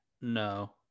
No